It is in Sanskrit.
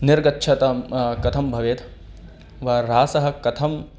निर्गच्छतां कथं भवेत् व ह्रासः कथम्